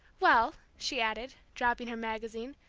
well, she added, dropping her magazine,